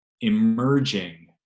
emerging